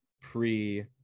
pre-